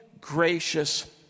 gracious